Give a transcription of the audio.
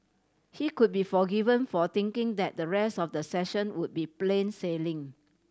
he could be forgiven for thinking that the rest of the session would be plain sailing